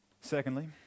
Secondly